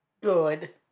Good